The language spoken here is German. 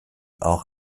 auch